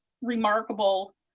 remarkable